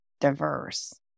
diverse